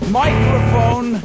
microphone